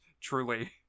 truly